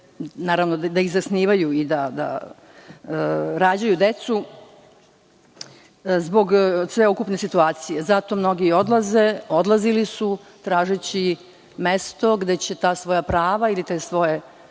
porodice, da ih zasnivaju i da rađaju decu, zbog sveukupne situacije. Zato mnogi odlaze i odlazili su, tražeći mesto gde će ta svoja prava ili te svoje